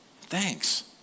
thanks